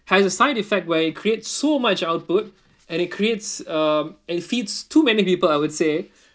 has a side effect where it creates so much output and it creates uh it feeds too many people I would say